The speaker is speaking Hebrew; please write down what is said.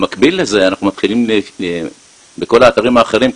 במקביל אנחנו מתחילים בכל האתרים האחרים,